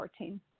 2014